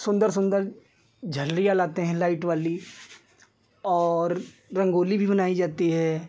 सुन्दर सुन्दर झालरियाँ लाते हैं लाइट वाली और रंगोली भी बनाई जाती है